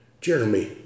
Jeremy